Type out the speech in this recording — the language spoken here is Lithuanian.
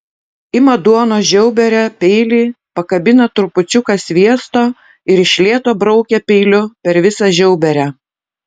ima duonos žiauberę peilį pakabina trupučiuką sviesto ir iš lėto braukia peiliu per visą žiauberę